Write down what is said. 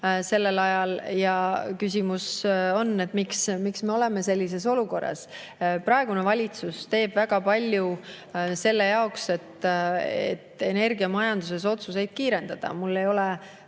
sellel ajal. Ja küsimus on, et miks me oleme sellises olukorras. Praegune valitsus teeb väga palju selle jaoks, et energiamajanduse otsuseid kiirendada. Mul ei ole